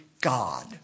God